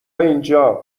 اینجا